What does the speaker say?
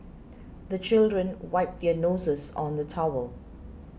the children wipe their noses on the towel